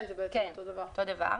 כן, זה אותו דבר.